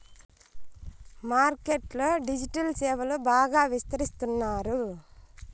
market లో digital సేవలు బాగా విస్తరిస్తున్నారు